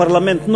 פרלמנט נוער,